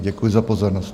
Děkuji za pozornost.